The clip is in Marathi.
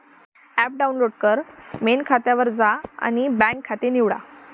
ॲप डाउनलोड कर, मेन खात्यावर जा आणि बँक खाते निवडा